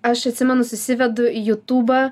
aš atsimenu susivedu į jutubą